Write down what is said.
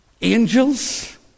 angels